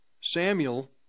Samuel